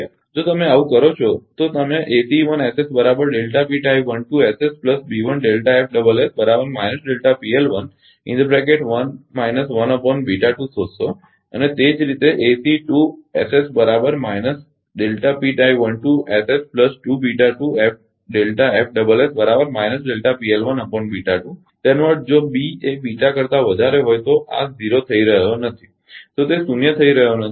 જો તમે આવું કરો છો તો તમે શોધશો અને તે જ રીતે તેનો અર્થ જો B એ કરતા વધારે હોય આ 0 થઈ રહ્યો નથી તો તે શૂન્ય થઈ રહ્યો નથી